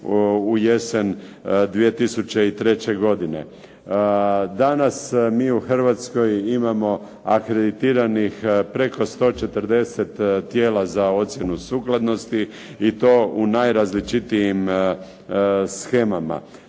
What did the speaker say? u jesen 2003. godine. Danas mi u Hrvatskoj imamo akreditiranih preko 140 tijela za ocjenu sukladnosti i to u najrazličitijim shemama.